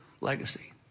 legacy